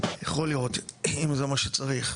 אם זה מה שצריך,